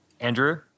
Andrew